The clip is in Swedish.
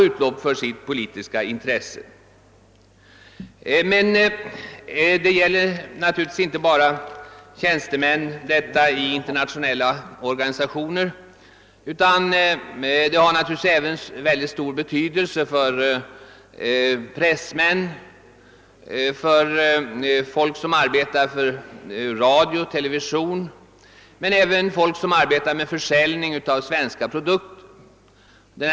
Detta gäller naturligtvis inte bara tjänstemän i internationella organisationer, utan det har även stor betydelse för pressmän, för folk som arbetar för radio och television, men även för dem som arbetar med försäljning av svenska produkter utomlands.